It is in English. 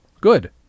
Good